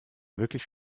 wirklich